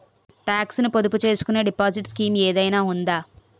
Talks ను పొదుపు చేసుకునే డిపాజిట్ స్కీం ఏదైనా ఉందా?